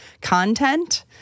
content